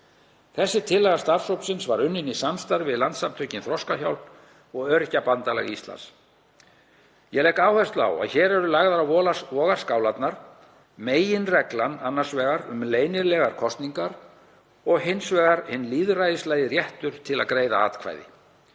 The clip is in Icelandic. Þessi tillaga starfshópsins var unnin í samstarfi við Landssamtökin Þroskahjálp og Öryrkjabandalag Íslands. Ég legg áherslu á að hér er lögð á vogarskálarnar meginreglan um leynilegar kosningar annars vegar og hins vegar hinn lýðræðislegi réttur til að greiða atkvæði.